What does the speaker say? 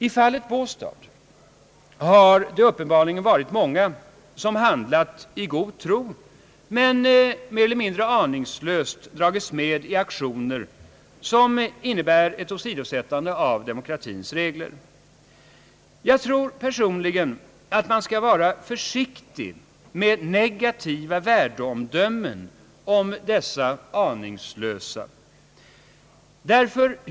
I fallet Båstad har det uppenbarligen varit många som handlat i god tro och mer eller mindre aningslöst dragits med i aktioner som innebär ett åsidosättande av demokratins regler. Jag tror personligen att man skall vara försiktig med negativa värdeomdömen om dessa aningslösa.